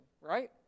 right